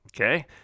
Okay